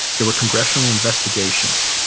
there were congressional investigations,